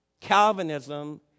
Calvinism